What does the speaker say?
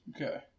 Okay